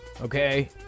okay